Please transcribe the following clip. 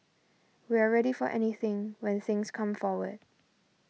we're ready for anything when things come forward